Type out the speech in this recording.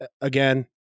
again